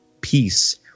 peace